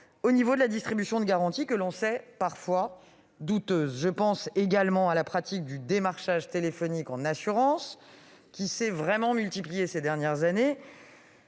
s'agissant de la distribution de garanties que l'on sait parfois douteuses. Je pense également à la pratique du démarchage téléphonique en assurance, qui s'est multipliée ces dernières années.